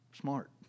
smart